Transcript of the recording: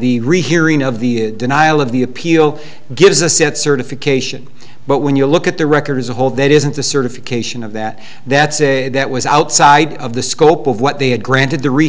the rehearing of the denial of the appeal gives a set certification but when you look at the record as a whole that isn't the certification of that that's a that was outside of the scope of what they had granted the re